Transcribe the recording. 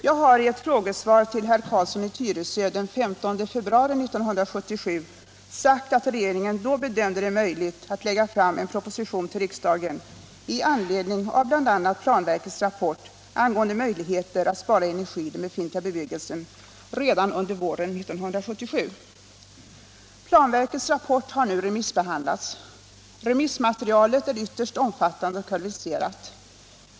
Jag har i ett frågesvar till herr Carlsson i Tyresö den 15 februari 1977 sagt att regeringen då bedömde det möjligt att lägga fram en proposition till riksdagen, i anledning av bl.a. planverkets rapport angående möjligheter att spara energi i den befintliga bebyggelsen, redan under våren 1977. Planverkets rapport har nu remissbehandlats. Remissmaterialet är ytterst omfattande och kvalificerat.